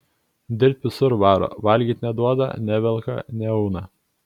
dirbt visur varo valgyt neduoda nevelka neauna